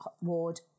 ward